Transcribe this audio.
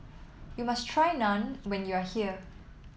you must try Naan when you are here